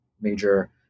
major